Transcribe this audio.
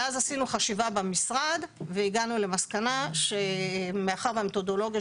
ואז עשינו חשיבה במשרד והגענו למסקנה שמאחר והמתודולוגיה